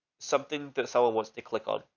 something that someone wants to click on.